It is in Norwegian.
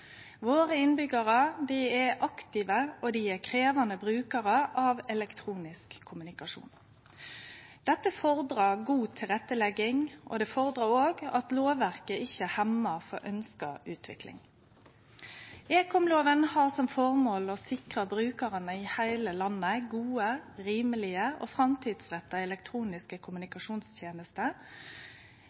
Våre innbyggjarar er aktive og krevjande brukarar av elektronisk kommunikasjon. Dette fordrar god tilrettelegging, og det fordrar òg at lovverket ikkje hemmar ønskt utvikling. Ekomlova har som formål å sikre brukarane i heile landet gode, rimelege og framtidsretta elektroniske kommunikasjonstenester